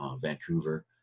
Vancouver